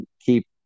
keep